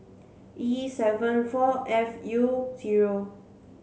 E seven four F U zero